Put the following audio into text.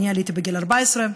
אני עליתי בגיל 14,